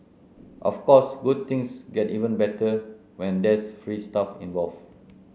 of course good things get even better when there's free stuff involved